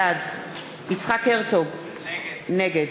בעד יצחק הרצוג, נגד